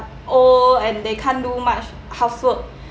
old and they can't do much housework